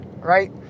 right